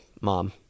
Mom